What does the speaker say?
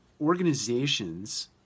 organizations